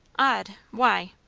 odd! why?